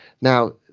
Now